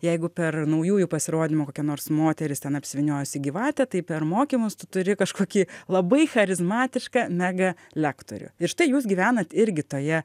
jeigu per naujųjų pasirodymų kokia nors moteris ten apsivyniojusi gyvatė tai per mokymus tu turi kažkokį labai charizmatišką mega lektorių ir štai jūs gyvenat irgi toje